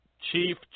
chief